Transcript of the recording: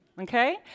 okay